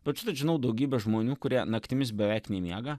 pats žinau daugybę žmonių kurie naktimis beveik nemiega